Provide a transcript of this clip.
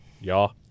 Y'all